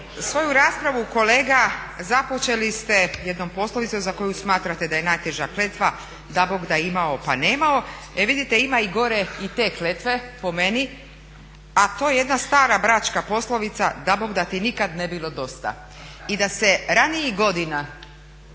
Svoju raspravu kolega započeli ste jednom poslovicom za koju smatrate da je najteža kletva "Dabogda imao pa nemao". E vidite ima i gorih od te kletve po meni, a to je jedna stara Bračka poslovica "Dabogda ti nikad ne bilo dosta." I da se ranijih godina